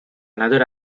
another